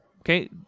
okay